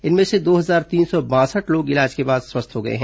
इनमें से दो हजार तीन सौ बासठ लोग इलाज के बाद स्वस्थ हो गए हैं